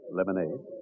lemonade